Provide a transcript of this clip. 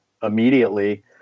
immediately